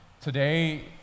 Today